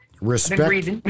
Respect